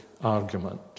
argument